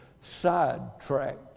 sidetracked